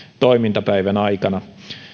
toimintapäivän aikana